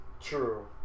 True